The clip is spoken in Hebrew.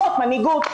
זאת מנהיגות.